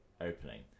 opening